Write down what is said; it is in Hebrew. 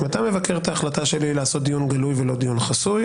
אם אתה מבקר את ההחלטה שלי לעשות דיון גלוי ולא דיון חסוי,